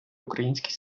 український